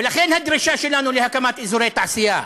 ולכן הדרישה שלנו היא להקים אזורי תעשייה,